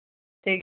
ठीक